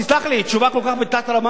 תסלח לי, תשובה כל כך בתת-רמה.